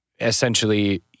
essentially